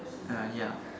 uh ya